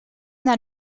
naar